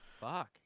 fuck